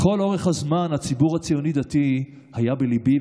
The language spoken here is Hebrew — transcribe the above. לכל אורך הזמן הציבור הציוני-דתי היה בליבי,